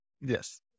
Yes